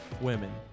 women